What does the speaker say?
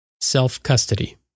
Self-custody